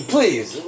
Please